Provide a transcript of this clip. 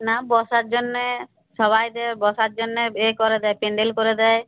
না বসার জন্যে সবাই গিয়ে বসার জন্যে এ করে দেয় প্যান্ডেল করে দেয়